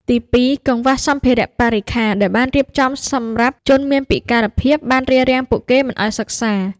ទីពីរ កង្វះសម្ភារៈបរិក្ខារដែលបានរៀបចំសម្រាប់ជនមានពិការភាពបានរារាំងពួកគេមិនឱ្យសិក្សា។